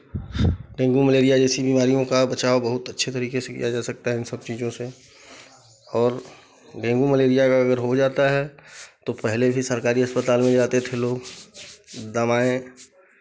dengue malaria जैसी बीमारियों का बचाव बहुत अच्छे तरीके से किया जा सकता है इन सब चीज़ों से और डेंगू मलेरिया का अगर हो जाता है तो पहले भी सरकारी अस्पताल में जाते थे लोग दवाएँ